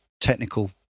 technical